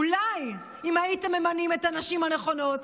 אולי אם הייתם מממנים את הנשים הנכונות,